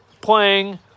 playing